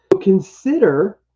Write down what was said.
Consider